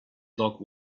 dog